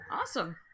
awesome